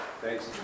Thanks